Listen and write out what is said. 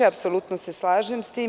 Apsolutno se slažem sa tim.